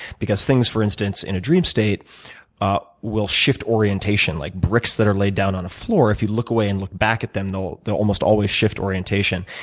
because things, for instance, in a dream state ah will shift orientation, like bricks that are laid down on a floor. if you look away and look back at them, they'll they'll almost always shift orientation.